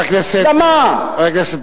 למה?